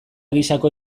gisako